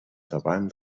davant